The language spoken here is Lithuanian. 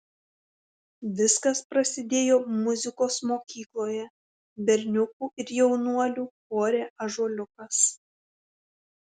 viskas prasidėjo muzikos mokykloje berniukų ir jaunuolių chore ąžuoliukas